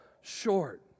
short